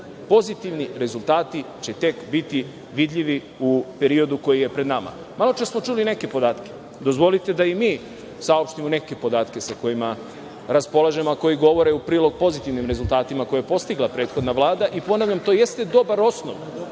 pozitivni rezultati će tek biti vidljivi u periodu koji je pred nama. Maločas smo čuli neke podatke. Dozvolite da i mi saopštimo neke podatke sa kojima raspolažemo, a koji govore u prilog pozitivnim rezultatima koje je postigla prethodna Vlada i ponavljam, to jeste veoma dobar osnov